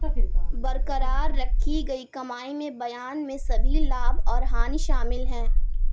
बरकरार रखी गई कमाई में बयान में सभी लाभ और हानि शामिल हैं